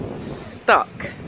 stuck